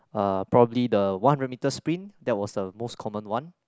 uh probably the one hundred meter sprint that was the most common one